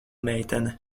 meitene